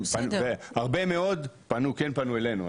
והרבה מאוד כן פנו אלינו,